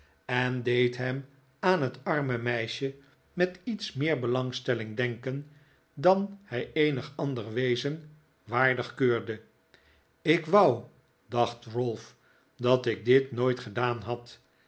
en deed hem aan het arme meisje met iets meer belangstelling denken dan hij eenig ander wezen waardig keurde ik wou dacht ralph dat ik dit nooit gedaan had